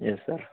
yes sir